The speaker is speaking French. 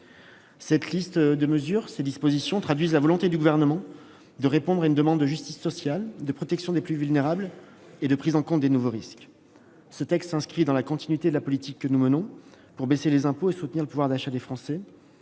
Cette liste de mesures traduit la volonté du Gouvernement de répondre à la demande de justice sociale, de protection des plus vulnérables et de prise en compte des nouveaux risques. Ce texte s'inscrit dans la continuité de la politique que nous menons pour baisser les impôts et soutenir le pouvoir d'achat des Français.